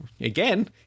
Again